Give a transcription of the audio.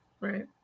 Right